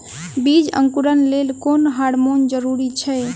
बीज अंकुरण लेल केँ हार्मोन जरूरी छै?